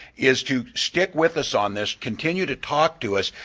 is to stick with us on this, continue to talk to us,